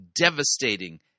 devastating